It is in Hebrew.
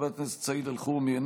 חבר הכנסת סעיד אלחרומי,